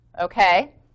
Okay